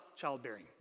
childbearing